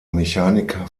mechaniker